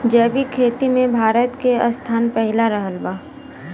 जैविक खेती मे भारत के स्थान पहिला रहल बा